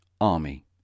army